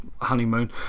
honeymoon